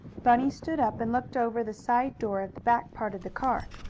bunny stood up and looked over the side door of the back part of the car.